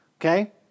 okay